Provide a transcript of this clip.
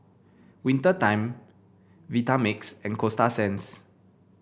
Winter Time Vitamix and Coasta Sands